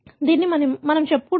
దీనిని మనం చెప్పుకుందాం